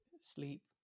Sleep